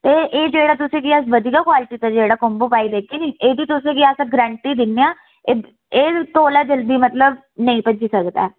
ते एह् जेह्ड़ा तुसें गी अस बधिया क्वालिटी दा जेह्ड़ा कोम्बो पाई देगे निं एह्दी तुसें गी अस गरैंटी दिन्ने आं एह् तौले जल्दी मतलब नेईं भज्जी सकदा ऐ